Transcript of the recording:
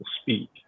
speak